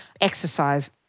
Exercise